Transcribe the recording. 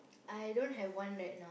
I don't have one right now